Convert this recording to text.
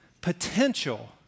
potential